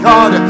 God